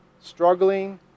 struggling